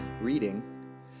reading